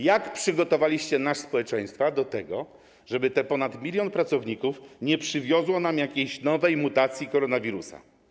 Jak przygotowaliście nasze społeczeństwo do tego, żeby ponad 1 mln pracowników nie przywiózł nam jakiejś nowej mutacji koronawirusa?